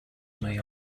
may